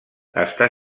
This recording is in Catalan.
està